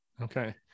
Okay